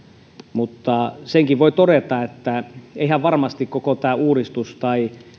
mutta senkin voi todeta että eihän varmasti koko tämä uudistus tai